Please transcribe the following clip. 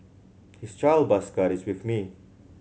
his child bus card is with me